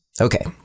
Okay